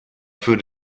für